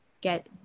get